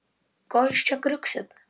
ko jūs čia kriuksit